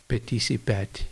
petys į petį